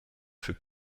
für